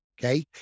Okay